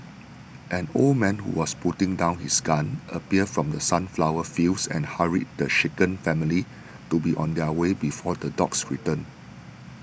an old man who was putting down his gun appeared from the sunflower fields and hurried the shaken family to be on their way before the dogs return